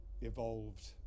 evolved